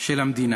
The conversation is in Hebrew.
של המדינה.